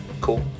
Cool